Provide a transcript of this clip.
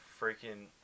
freaking